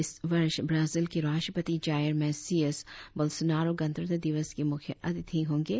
इस वर्ष ब्राजील के राष्ट्रपति जाइर मेसियस बोल्सुनारो गणतंत्र दिवस के मुख्य अतिथि होंगे